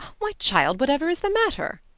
why, child, whatever is the matter?